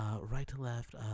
right-to-left